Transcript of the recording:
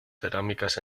cerámicas